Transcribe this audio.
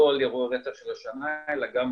לא רק על אירועי הרצח של השנה,